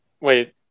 wait